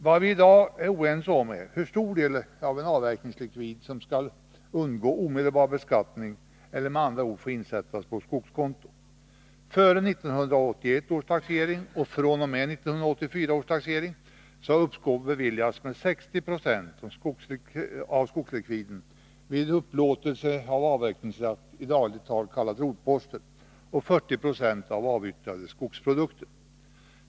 Vad vi i dag är oense om är hur stor del av en avverkningslikvid som skall undgå omedelbar beskattning eller med andra ord får insättas på skogskonto. Före 1981 års taxering och fr.o.m. 1984 års taxering har uppskov beviljats med 60 90 av skogslikviden vid upplåtelse av avverkningsrätt — i dagligt tal kallat rotposter — och 40 96 för avyttrade skogsprodukter.